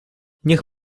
niech